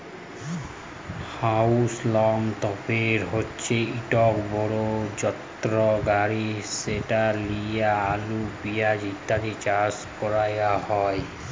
হাউলম তপের হছে ইকট বড় যলত্র গাড়ি যেট লিঁয়ে আলু পিয়াঁজ ইত্যাদি চাষ ক্যরা হ্যয়